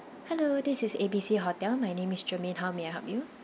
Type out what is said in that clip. hello this is A B C hotel my name is germaine how may I help you